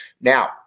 Now